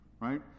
right